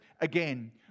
again